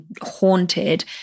haunted